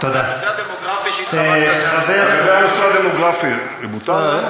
לגבי הנושא הדמוגרפי, לגבי הנושא הדמוגרפי, מותר?